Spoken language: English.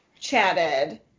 chatted